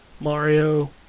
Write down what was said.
Mario